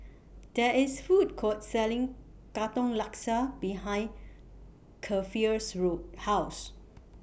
There IS Food Court Selling Katong Laksa behind Keifer's room House